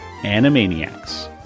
Animaniacs